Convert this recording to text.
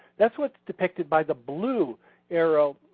that's what's depicted by the blue arrow